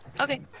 Okay